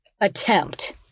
attempt